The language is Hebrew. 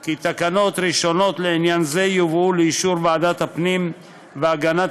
כי תקנות ראשונות לעניין זה יובאו לאישור ועדת הפנים והגנת